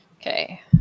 Okay